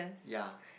ya